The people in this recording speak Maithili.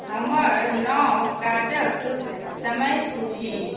हमर नव काजक समय सूची